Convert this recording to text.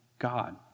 God